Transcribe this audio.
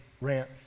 rant